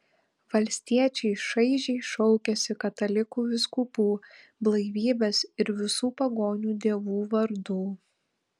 valstiečiai šaižiai šaukiasi katalikų vyskupų blaivybės ir visų pagonių dievų vardų